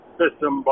system